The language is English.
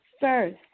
first